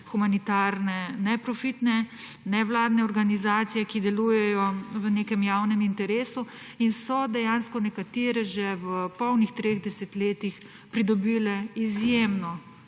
humanitarne neprofitne nevladne organizacije, ki delujejo v nekem javnem interesu in so dejansko nekatere že v polnih treh desetletjih pridobile izjemno